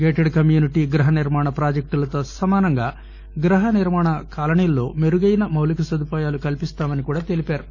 gated community గృహనిర్మాణ ప్రాజెక్టులతో సమానంగా గృహనిర్మాణ కాలనీల్లో మెరుగైన మౌలిక సదుపాయాలు కల్పిస్తామని చెప్పారు